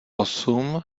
osm